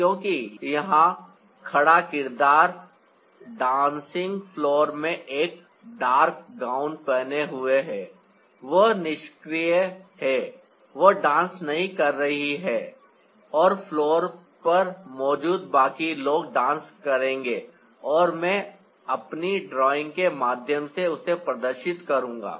क्योंकि यहां खड़ा किरदार डांसिंग फ्लोर में एक डार्क गाउन पहने हुए है वह निष्क्रिय है वह डांस नहीं कर रही है और फ्लोर पर मौजूद बाकी लोग डांस करेंगे और मैं अपनी ड्राइंग के माध्यम से उसे प्रदर्शित करूंगा